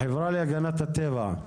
החברה להגנת הטבע,